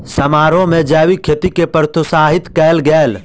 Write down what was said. समारोह में जैविक खेती के प्रोत्साहित कयल गेल